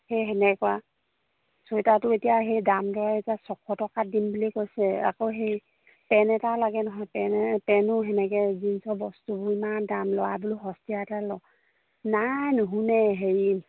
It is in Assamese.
সেই তেনেকুৱা চুৱেটাৰটো এতিয়া সেই দাম দৰাই এতিয়া ছশ টকাত দিম বুলি কৈছে আকৌ সেই পেন্ট এটা লাগে নহয় পেন্ট পেন্টো তেনেকৈ জিন্সৰ বস্তুবোৰ ইমান দাম ল'ৰা বোলো সস্তিয়া এটা ল নাই নুশুনে হেৰি